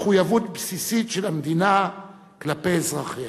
מחויבות בסיסית של המדינה כלפי אזרחיה.